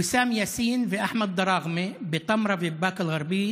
ויסאם יאסין ואחמד דראכמה בטמרה ובאקה אל-גרבייה